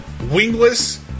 Wingless